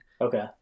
Okay